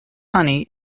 honey